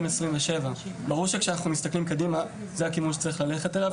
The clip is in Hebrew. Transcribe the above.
לכך הוא 2027. ברור שכשאנחנו מסתכלים קדימה זה הכיוון שצריך ללכת אליו,